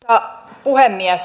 arvoisa puhemies